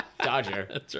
dodger